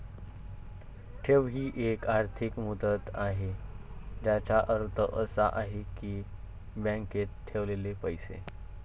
ठेव ही एक आर्थिक मुदत आहे ज्याचा अर्थ असा आहे की बँकेत ठेवलेले पैसे